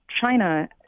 China